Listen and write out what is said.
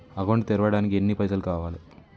Account తెరవడానికి ఎన్ని పైసల్ కావాలే?